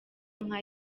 nka